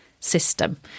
System